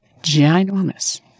ginormous